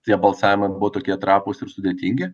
tie balsavimai buvo tokie trapūs ir sudėtingi